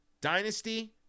dynasty